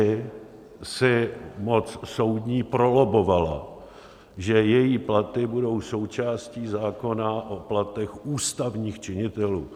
Kdysi si moc soudní prolobbovala, že její platy budou součástí zákona o platech ústavních činitelů.